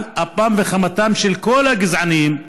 על אפם וחמתם של כל הגזענים: